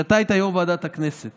כשאתה היית יו"ר ועדת הכנסת,